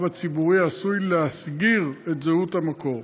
הציבורי העשוי להסגיר את זהות המקור.